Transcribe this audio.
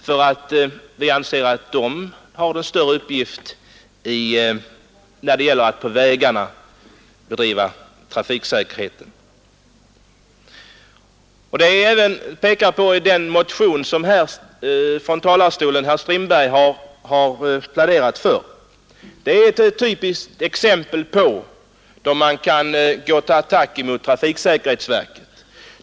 Vi anser nämligen att polisen har en större uppgift än trafiksäkerhetsverket när det gäller att bedriva trafiksäkerhetsarbete på vägarna. Den motion som herr Strindberg har pläderat för från denna talarstol är ett typiskt exempel på områden där man kan gå till attack mot trafiksäkerhetsverket.